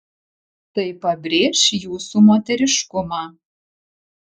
tai pabrėš jūsų moteriškumą